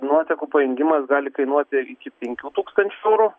nuotekų pajungimas gali kainuoti iki penkių tūkstančių eurų